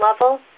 level